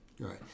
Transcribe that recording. Right